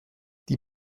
die